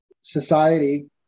society